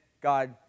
God